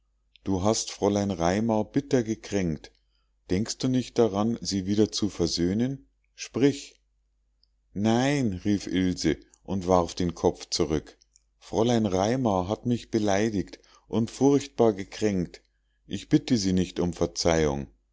du hast fräulein raimar bitter gekränkt denkst du nicht daran sie wieder zu versöhnen sprich nein rief ilse und warf den kopf zurück fräulein raimar hat mich beleidigt und furchtbar gekränkt ich bitte sie nicht um verzeihung